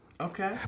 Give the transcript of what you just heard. Okay